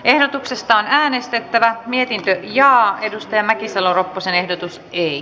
ehdotuksesta on äänestettävä mietintö linjaa edustaja mäkisalo ropposen ehdotus ei